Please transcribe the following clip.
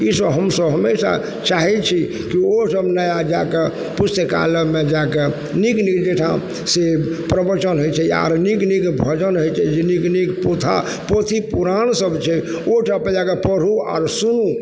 ईसब हमसब हमेशा चाहय छी कि ओ सब नया जाके पुस्तकालयमे जाके नीक नीक ओइ ठामसँ प्रवचन होइ छै आओर नीक नीक भजन होइ छै जे नीक नीक पोथा पोथी पुराण सब छै ओइ ठाम जाकऽ पढ़ू आओर सुनु